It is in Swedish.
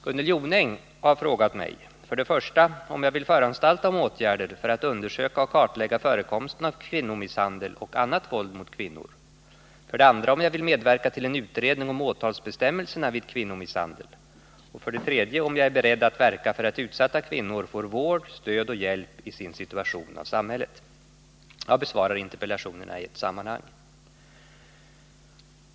Gunnel Jonäng har frågat mig 1. om jag vill föranstalta om åtgärder för att undersöka och kartlägga förekomsten av kvinnomisshandel och annat våld mot kvinnor, 2. om jag vill medverka till en utredning om åtalsbestämmelserna vid kvinnomisshandel och 3. om jag är beredd att verka för att utsatta kvinnor får vård, stöd och hjälp i sin situation av samhället. Jag besvarar interpellationerna i ett sammanhang.